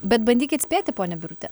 bet bandykit spėti ponia birute